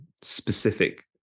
specific